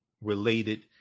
related